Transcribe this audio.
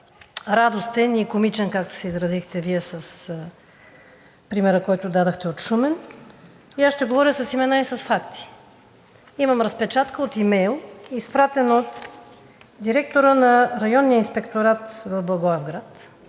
радостен и комичен, както се изразихте Вие с примера, който дадохте от Шумен. Ще говоря с имена и с факти. Имам разпечатка от имейл, изпратен от директора на районния инспекторат в Благоевград